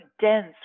dense